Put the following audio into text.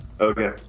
okay